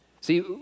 See